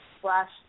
slash